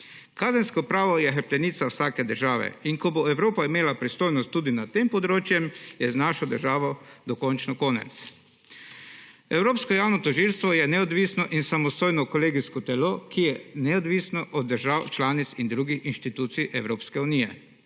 Kazensko pravo je hrbtenica vsake države in ko bo Evropa imela pristojnost tudi nad tem področjem, je z našo državo dokončno konec. Evropsko javno tožilstvo je neodvisno in samostojno kolegijsko telo, ki je neodvisno od držav članic in drugih institucij Evropske unije,